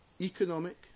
economic